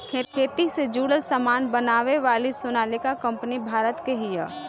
खेती से जुड़ल सामान बनावे वाली सोनालिका कंपनी भारत के हिय